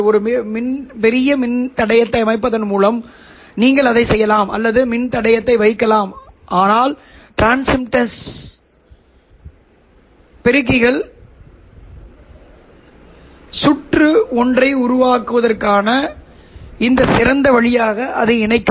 ஒரு பெரிய மின்தடையத்தை அமைப்பதன் மூலம் நீங்கள் அதைச் செய்யலாம் அல்லது வந்த மின்தடையத்தை வைக்கலாம் ஆனால் டிரான்சிம்பெடென்ஸ் பெருக்கிகள் சுற்று ஒன்றை உருவாக்குவதற்காக இந்த திறந்த வழியாக அதை இணைக்கவும்